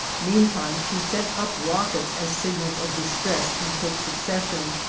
meantime she sent up rockets as signals of distress in quick succession,